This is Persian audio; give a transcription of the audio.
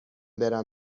برم